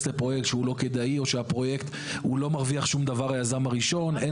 לפרויקט שהוא לא כדאי או שהיזם הראשון לא